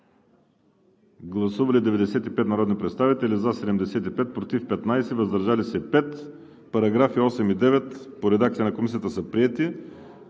Гласували 95 народни представители: за 75, против 15, въздържали се 5. Параграфи 8 и 9 в редакцията на Комисията са приети.